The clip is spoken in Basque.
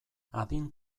adin